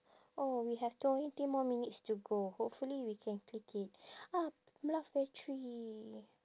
oh we have twenty more minutes to go hopefully we can click it ah battery